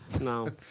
No